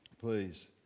please